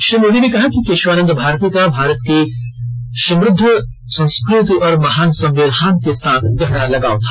श्री मोदी ने कहा है कि केशवानंद भारती का भारत की समृद्ध संस्कृति और महान संविधान के साथ गहरा लगाव था